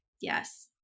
Yes